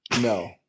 no